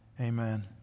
Amen